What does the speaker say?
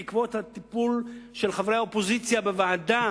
בעקבות הטיפול של חברי האופוזיציה בוועדה